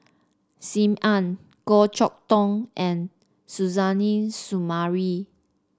Sim Ann Goh Chok Tong and Suzairhe Sumari